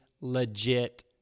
legit